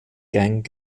gang